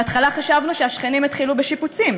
בהתחלה חשבנו שהשכנים התחילו בשיפוצים.